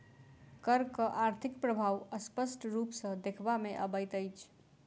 करक आर्थिक प्रभाव स्पष्ट रूप सॅ देखबा मे अबैत अछि